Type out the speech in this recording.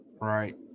Right